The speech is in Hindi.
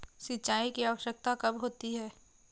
सिंचाई की आवश्यकता कब होती है?